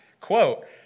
quote